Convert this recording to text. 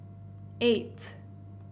eight